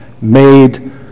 made